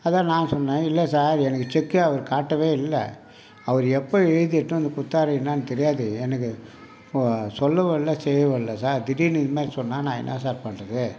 அதான் நான் சொன்னேன் இல்லை சார் எனக்கு செக்கை அவர் காட்டவே இல்லை அவர் எப்போ எழுதி எடுத்துவந்து கொடுத்தாரு என்னனு தெரியாது எனக்கு சொல்லவும் இல்லை செய்யவும் இல்லை சார் திடீர்னு இதுமாரி சொன்னால் நான் என்ன சார்ர் பண்ணுறது